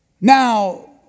Now